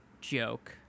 joke